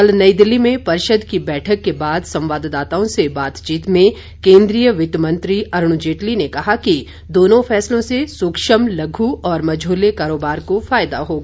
कल नई दिल्ली में परिषद की बैठक के बाद संवाददाताओं से बातचीत में केन्द्रीय वित्त मंत्री अरूण जेटली ने कहा कि दोनों फैसलों से सूक्ष्म लघु और मझोले कारोबार को फायदा होगा